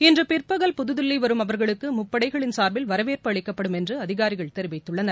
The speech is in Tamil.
இன்று பிற்பகல் புதுதில்லி வரும் அவர்களுக்கு முப்படைகளின் சார்பில் வரவேற்பு அளிக்கப்படும் என்று அதிகாரிகள் தெரிவித்துள்ளனர்